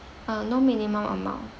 uh no minimum amount